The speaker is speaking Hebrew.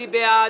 מי בעד.